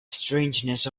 strangeness